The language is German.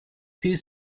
dies